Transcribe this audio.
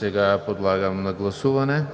приема. Подлагам на гласуване